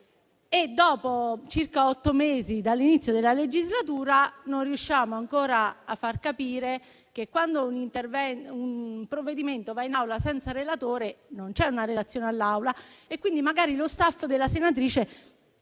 dopo circa otto mesi dall'inizio della legislatura, non riusciamo ancora a far capire che, quando un provvedimento va in Aula senza relatore, non c'è una relazione all'Aula. Quindi magari lo *staff* della senatrice